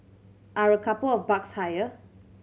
are a couple of bucks higher